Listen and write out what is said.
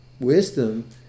wisdom